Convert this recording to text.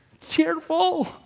Cheerful